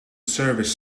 service